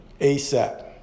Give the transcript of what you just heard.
ASAP